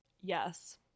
Yes